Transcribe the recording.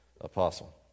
apostle